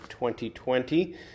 2020